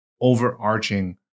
overarching